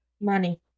money